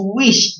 wish